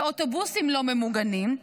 באוטובוסים לא ממוגנים,